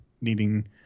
needing